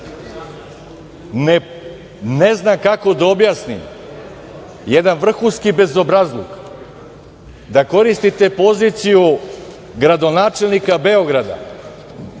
ne znam kako da objasnim jedan vrhunski bezobrazluk, da koristite poziciju gradonačelnika Beograda